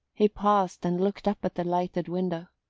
he paused and looked up at the lighted window.